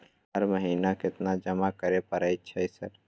हर महीना केतना जमा करे परय छै सर?